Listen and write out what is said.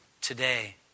today